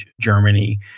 Germany